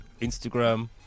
Instagram